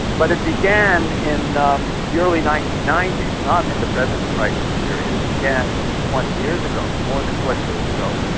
but it began in um the early nineteen ninety s, not in the present crisis period, it began twenty years ago, more than twenty years ago,